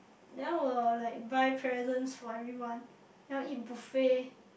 then I will like buy presents for everyone then I'll eat buffet